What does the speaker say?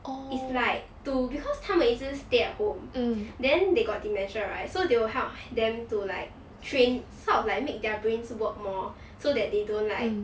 is like to because 他们一直 stay at home then they got dementia right so they will help them to like train sort of like make their brains work more so that they don't like